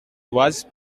was